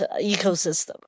ecosystem